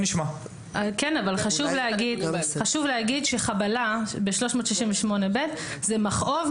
חשוב להגיד שחבלה ב-368ב זה מכאוב,